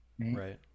right